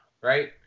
right